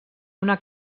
una